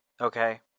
okay